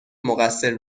مقصر